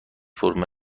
فرم